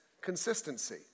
consistency